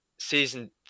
Season